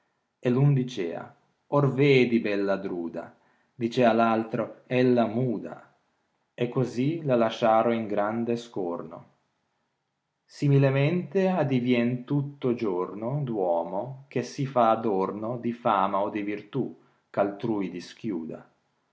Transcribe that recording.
e r un dicea or vedi bella druda dicea r altro ella muda e cosi la lasciaro in grande scorno similemente addìtién tatto giorno d uomo che si fa adomo di fama o di irtù ch attrai dischidda